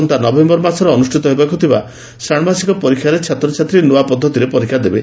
ଆସନ୍ତା ନଭେୟର ମାସରେ ଅନୁଷ୍ବିତ ହେବାକୁ ଥିବା ଷାଣ୍କାସିକ ପରୀକ୍ଷାରେ ଛାତ୍ରଛାତ୍ରୀ ନୁଆ ପଦ୍ଧତିରେ ପରୀକ୍ଷା ଦେବେ